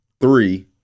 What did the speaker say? three